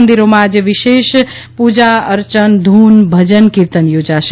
મંદીરોમાં આજે વિશેષ પુજા અર્ચન ધુન ભજન કીર્તન યોજાશે